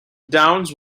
downs